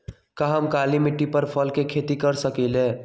का हम काली मिट्टी पर फल के खेती कर सकिले?